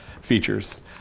features